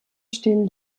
stehen